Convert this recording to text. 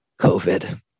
COVID